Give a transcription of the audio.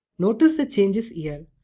notice the changes here.